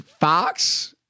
Fox